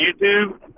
YouTube